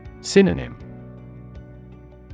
Synonym